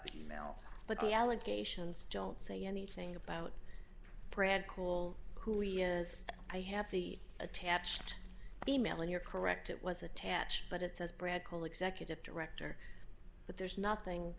mail but the allegations don't say anything about brand cool who he is i have the attached e mail and you're correct it was attached but it says brad cole executive director but there's nothing